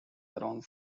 around